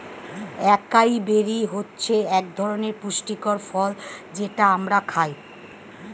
একাই বেরি হচ্ছে একধরনের পুষ্টিকর ফল যেটা আমরা খাই